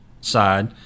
side